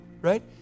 right